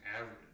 average